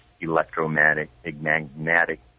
electromagnetic